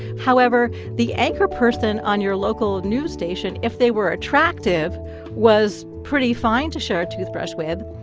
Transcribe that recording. however, the anchor person on your local news station, if they were attractive was pretty fine to share a toothbrush with.